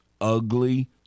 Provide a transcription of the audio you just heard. ugly